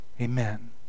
Amen